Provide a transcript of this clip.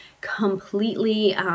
completely